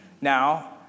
Now